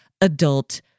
adult